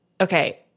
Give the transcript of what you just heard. Okay